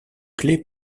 clés